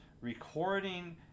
recording